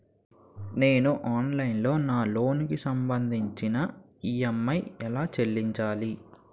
నేను ఆన్లైన్ లో నా లోన్ కి సంభందించి ఈ.ఎం.ఐ ఎలా చెల్లించాలి?